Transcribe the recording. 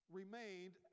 remained